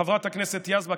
חברת הכנסת יזבק,